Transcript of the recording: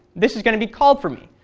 this is going to be called for me,